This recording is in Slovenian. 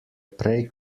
prej